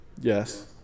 Yes